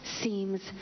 seems